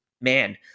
man